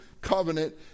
covenant